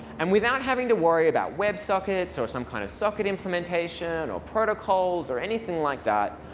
and without having to worry about web sockets, or some kind of socket implementation, or protocols, or anything like that,